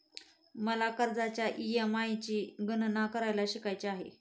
मला कर्जाच्या ई.एम.आय ची गणना करायला शिकायचे आहे